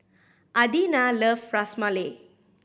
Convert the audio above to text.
Adina loves Ras Malai